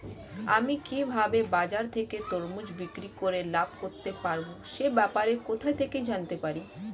আমি কিভাবে বাজার থেকে তরমুজ বিক্রি করে লাভ করতে পারব সে ব্যাপারে কোথা থেকে জানতে পারি?